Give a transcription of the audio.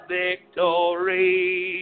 victory